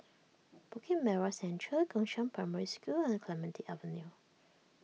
Bukit Merah Central Gongshang Primary School and Clementi Avenue